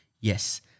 yes